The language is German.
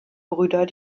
brüder